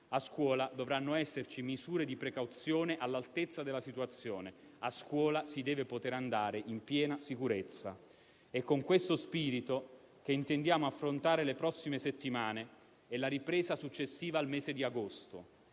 A scuola dovranno esserci misure di precauzione all'altezza della situazione; a scuola si deve poter andare in piena sicurezza. È con questo spirito che intendiamo affrontare le prossime settimane e la ripresa successiva al mese di agosto.